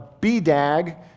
BDAG